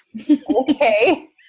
Okay